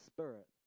Spirit